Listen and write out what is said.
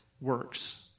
works